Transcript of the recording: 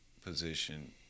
position